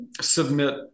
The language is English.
submit